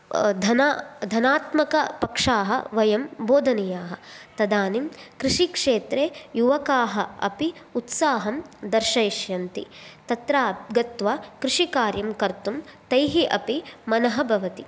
धन धनात्मकपक्षाः वयं बोधनीयाः तदानीं कृषिक्षेत्रे युवकाः अपि उत्साहं दर्शयिष्यन्ति तत्र गत्वा कृषिकार्यं कर्तुं तैः अपि मनः भवति